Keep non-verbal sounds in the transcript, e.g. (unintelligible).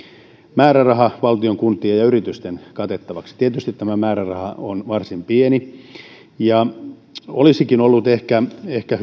määräraha valtion kuntien ja yritysten katettavaksi tietysti tämä määräraha on varsin pieni ja olisikin ehkä ehkä (unintelligible)